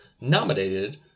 nominated